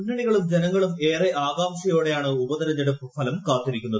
മുന്നണികളും ജനങ്ങളും ഏറെ ആകാംക്ഷയോടെയാണ് ഉപതെരഞ്ഞെടുപ്പ് ഫലം കാത്തിരിക്കുന്നത്